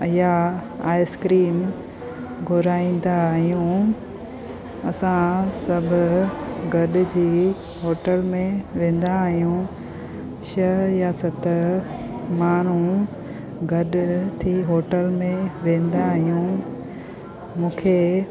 या आइस्क्रीम घुराईंदा आहियूं असां सभु गॾिजी होटल में वेंदा आहियूं छह या सत माण्हू गॾु थी होटल में वेंदा आहियूं मूंखे